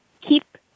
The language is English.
keep